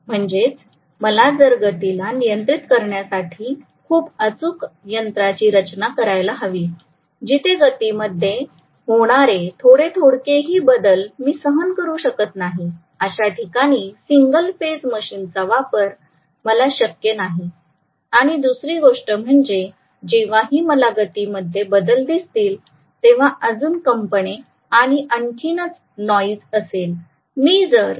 म्हणजेच मला जर गतीला नियंत्रीत करण्यासाठी खूप अचूक यंत्राची रचना करायला हवी जिथे गतीमध्ये होणारे थोडेथोडके ही बदल मी सहन करु शकत नाही अशा ठिकाणी सिंगल फेज मशीनचा वापर मला शक्य नाही आणि दुसरी गोष्ट म्हणजे जेव्हाही मला गतीमध्ये बदल दिसतील तेव्हा अजून कंपने आणि आणखीन नॉइज असेल